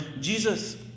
Jesus